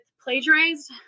plagiarized